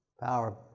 power